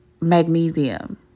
Magnesium